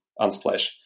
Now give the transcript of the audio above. Unsplash